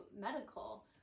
medical